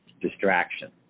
distraction